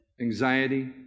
Anxiety